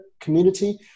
community